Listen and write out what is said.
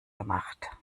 gemacht